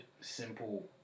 simple